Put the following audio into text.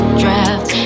draft